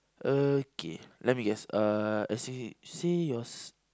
okay let me guess uh I see see yours